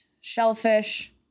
shellfish